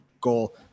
goal